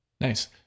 Nice